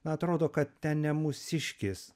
atrodo kad ten ne mūsiškės